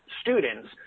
students